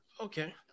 Okay